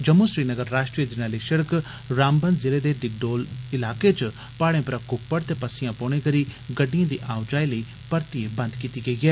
जम्मू श्रीनगर राष्ट्रीय जरनैली सड़क रामबन जिले दे डिगडोल इलाके च पहाई़े परा क्प्पड़ ते पस्सिया पौने करी गड्डियें दी आओ जाई लेई परतियै बव्व कीती गेई ऐ